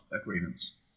agreements